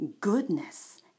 goodness